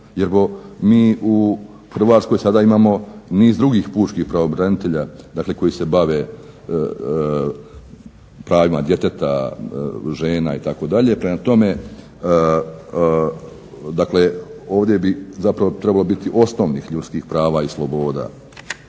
jer mi u Hrvatskoj sada imamo niz drugih pučkih pravobranitelja koji se bave pravima djeteta, žena itd., prema tome ovdje bi zapravo trebalo biti osnovnih ljudskih prava i sloboda.